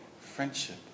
friendship